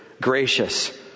Gracious